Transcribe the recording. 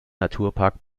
naturpark